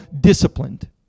disciplined